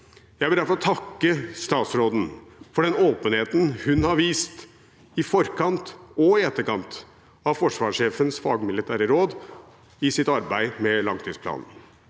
Jeg vil derfor takke statsråden for den åpenheten hun har vist i forkant – og i etterkant – av forsvarssjefens fagmilitære råd i sitt arbeid med langtidsplanen.